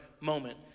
moment